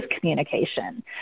communication